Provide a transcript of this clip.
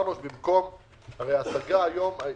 הרי היום אם